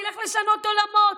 נלך לשנות עולמות.